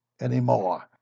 anymore